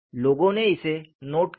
लोगों ने इसे नोट किया है